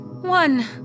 one